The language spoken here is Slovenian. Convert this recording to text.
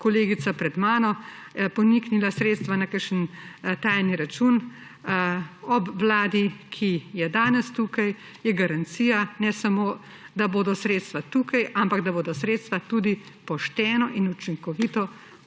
kolegica pred mano, poniknila sredstva na kakšen tajni račun. Ob vladi, ki je danes tukaj, je garancija ne samo, da bodo sredstva tukaj, ampak tudi, da bodo sredstva pošteno in učinkovito porabljena.